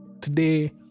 Today